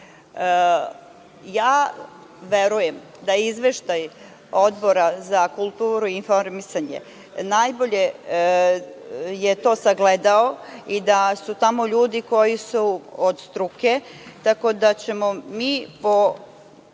Verujem da je izveštaj Odbora za kulturu i informisanje najbolje to sagledao i da su tamo ljudi koji su od struke, tako da ćemo mi po